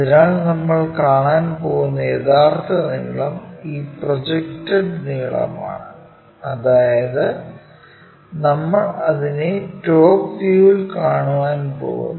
അതിനാൽ നമ്മൾ കാണാൻ പോകുന്ന യഥാർത്ഥ നീളം ഈ പ്രൊജക്റ്റ് നീളമാണ് അതായത് നമ്മൾ അതിനെ ടോപ് വ്യൂവിൽ കാണാൻ പോകുന്നു